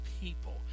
people